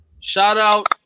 Shout-out